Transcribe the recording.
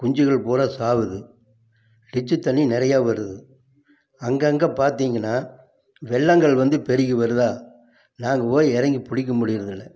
குஞ்சுகள் பூரா சாகுது டிச்சி தண்ணி நிறையா வருது அங்கங்கே பார்த்திங்கன்னா வெள்ளங்கள் வந்து பெருகி வருதா நாங்கள் போய் இறங்கி பிடிக்க முடியிறதில்லை